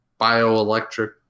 bioelectric